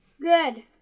Good